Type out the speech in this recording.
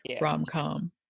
rom-com